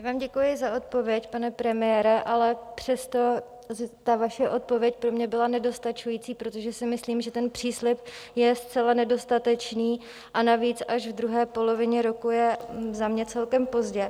Já vám děkuji za odpověď, pane premiére, ale přesto vaše odpověď pro mě byla nedostačující, protože si myslím, že ten příslib je zcela nedostatečný, a navíc až ve druhé polovině roku je za mě celkem pozdě.